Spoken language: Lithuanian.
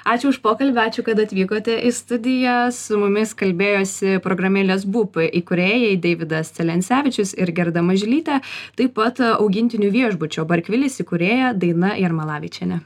ačiū už pokalbį ačiū kad atvykote į studiją su mumis kalbėjosi programėlės boop įkūrėjai deividas celencevičius ir gerda mažylytė taip pat augintinių viešbučio barkvilis įkūrėja daina jarmalavičienė